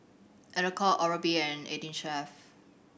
Alcott Oral B and Eighteen Chef